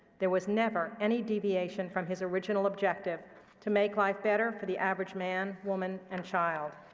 there was never any deviation from his original objective to make life better for the average man, woman, and child.